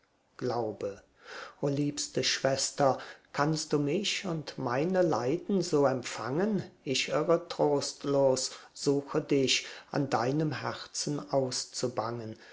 glaube o liebste schwester kannst du mich und meine leiden so empfangen ich irre trostlos suche dich an deinem herzen auszubangen